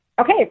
Okay